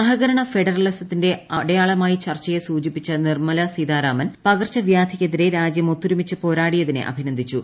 സഹകരണ ഫെഡറലിസത്തിന്റെ അടയാളമായി ചർച്ചയെ സൂചിപ്പിച്ചു നിർമ്മലാ സീതാരാമൻ പകർച്ചവ്യാധിയ്ക്കെതിരെ രാജ്യം ഒത്തൊരുമിച്ച് പോരാടിയതിനെ അഭിനന്ദിച്ചു